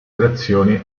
operazioni